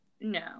No